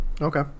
Okay